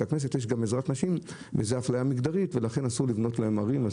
הכנסת יש עזרת נשים וזו אפליה מגדרית ולכן אסור לבנות להם ערים.